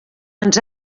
ens